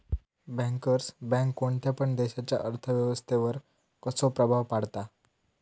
Bankers bank कोणत्या पण देशाच्या अर्थ व्यवस्थेवर कसो प्रभाव पाडता?